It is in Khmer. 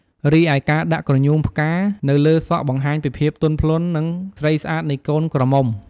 រីឯការដាក់ក្រញូងផ្កានៅលើសក់បង្ហាញពីភាពទន់ភ្លន់និងស្រីស្អាតនៃកូនក្រមុំ។